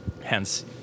hence